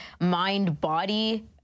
mind-body